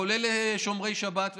כולל לשומרי שבת וכאלה,